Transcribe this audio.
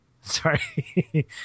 Sorry